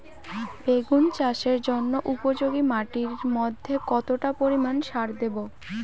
বেগুন চাষের জন্য উপযোগী মাটির মধ্যে কতটা পরিমান সার দেব?